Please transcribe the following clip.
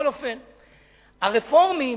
הרפורמים,